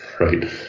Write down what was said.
right